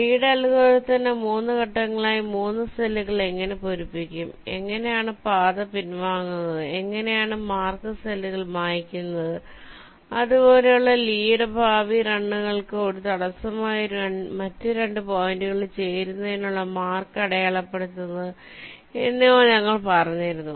ലീയുടെ അൽഗോരിതത്തിന്റെ 3 ഘട്ടങ്ങളിലായി 3 സെല്ലുകൾ എങ്ങനെ പൂരിപ്പിക്കും എങ്ങനെയാണ് പാത പിൻവാങ്ങുന്നത് എങ്ങനെയാണ് മാർക്ക് സെല്ലുകൾ മായ്ക്കുന്നത് അതുപോലെ ലീയുടെ ഭാവി റണ്ണുകൾക്ക് ഒരു തടസ്സമായി മറ്റ് 2 പോയിന്റുകളിൽ ചേരുന്നതിനുള്ള മാർക്ക് അടയാളപ്പെടുത്തുന്നത് എന്നിവ ഞങ്ങൾ പറഞ്ഞിരുന്നു